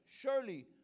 Surely